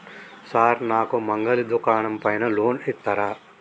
Sir నాకు మంగలి దుకాణం పైన లోన్ ఇత్తరా?